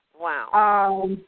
Wow